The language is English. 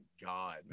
god